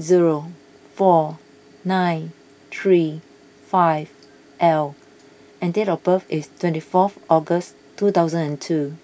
zero four nine three five L and date of birth is twenty fourth August two thousand and two